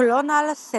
clonal selection.